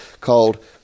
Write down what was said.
called